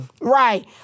Right